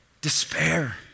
Despair